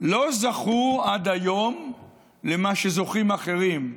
לא זכו עד היום למה שזוכים אחרים,